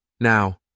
Now